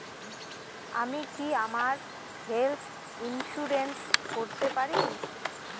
আমি কি আমার হেলথ ইন্সুরেন্স করতে পারি?